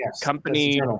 company